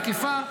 היקפה,